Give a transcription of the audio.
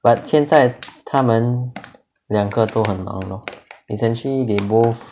but 现在他们两个都很老 lor essentially they both